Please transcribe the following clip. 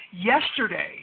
Yesterday